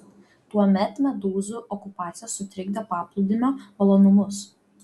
tuomet medūzų okupacija sutrikdė paplūdimio malonumus